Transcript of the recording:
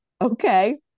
okay